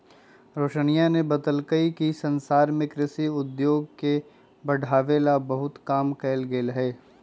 रोशनीया ने बतल कई कि संसार में कृषि उद्योग के बढ़ावे ला बहुत काम कइल गयले है